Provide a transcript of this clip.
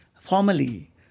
formally